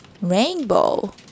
Rainbow